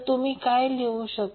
तुम्ही काय लिहू शकता